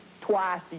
twice